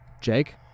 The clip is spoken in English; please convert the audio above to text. Jake